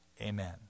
amen